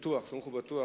אנשים שישבו במחפורות,